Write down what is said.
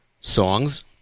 songs